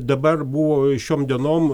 dabar buvo šiom dienom